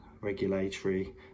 regulatory